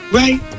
right